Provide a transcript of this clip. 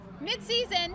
mid-season